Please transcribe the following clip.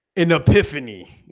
an epiphany